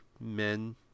men